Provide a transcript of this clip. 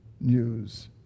news